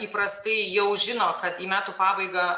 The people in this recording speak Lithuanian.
įprastai jau žino kad į metų pabaigą